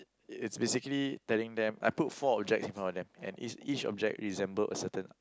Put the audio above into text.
it's basically telling them I put four object in front of them and each object resembled a certain